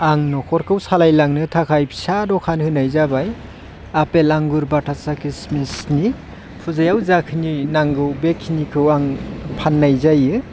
आं न'खरखौ सालायलांनो थाखाय फिसा दखान होनाय जाबाय आपेल आंगुर बाटासा किसमिसनि फुजायाव जाखिनि नांगौ बेखिनिखौ आं फाननाय जायो